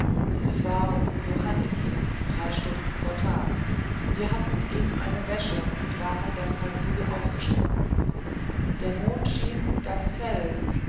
es war um johannis drei stunden vor tag wir hatten eben eine wäsche und waren deshalb frühe aufgestanden der mond schien ganz hell